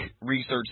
research